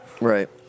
Right